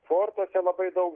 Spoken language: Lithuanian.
fortuose labai daug